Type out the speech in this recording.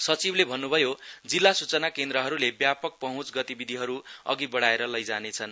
सचिवले भन्नुभयोजिल्ला सुचाना केन्द्रहरुले व्यापक पहँच गतिविधिहरु अधि बढाएर लैजानेछन्